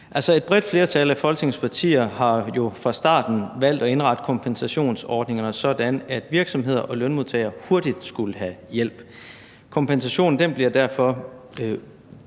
et bredt flertal af Folketingets partier har jo fra starten valgt at indrette kompensationsordningerne sådan, at virksomheder og lønmodtagere hurtigt skulle have hjælp. Kompensationen udbetales derfor